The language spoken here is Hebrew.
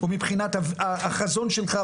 ומבחינת החזון שלך.